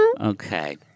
Okay